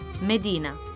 Medina